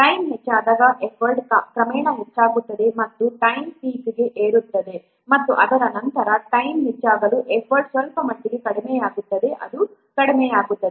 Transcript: time ಹೆಚ್ಚಾದಾಗ effort ಕ್ರಮೇಣ ಹೆಚ್ಚಾಗುತ್ತದೆ ಮತ್ತು ಟೈಮ್ ಪೀಕ್ಗೆ ಏರುತ್ತದೆ ಮತ್ತು ಅದರ ನಂತರ ಟೈಮ್ ಹೆಚ್ಚಾದಾಗಲೂ ಎಫರ್ಟ್ ಸ್ವಲ್ಪಮಟ್ಟಿಗೆ ಕಡಿಮೆಯಾಗುತ್ತದೆ ಅದು ಕಡಿಮೆಯಾಗುತ್ತದೆ